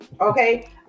Okay